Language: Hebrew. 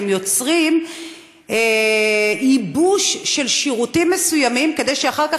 הם יוצרים ייבוש של שירותים מסוימים כדי שאחר כך